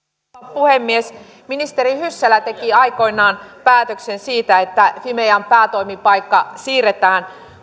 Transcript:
puhemies ministeri hyssäle teki aikoinaan päätöksen siitä että fimean päätoimipaikka siirretään